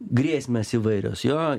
grėsmės įvairios jo